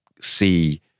see